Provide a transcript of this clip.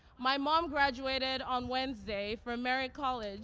my mom graduated on wednesday from merritt college